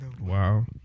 Wow